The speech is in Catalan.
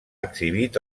exhibit